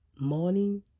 morning